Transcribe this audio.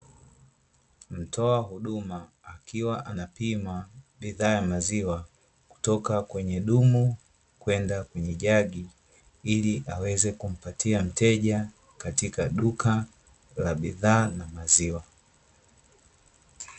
Mtoa huduma akiwa anapima bidhaa ya maziwa kutoka kwenye dumu kwenda kwenye jagi, ili aweze kumpatia mteja katika duka la bidhaa na maziwa.